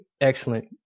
excellent